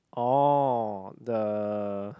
orh the